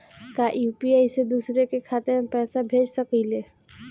का यू.पी.आई से दूसरे के खाते में पैसा भेज सकी ले?